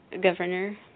governor